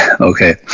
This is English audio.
Okay